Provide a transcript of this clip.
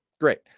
Great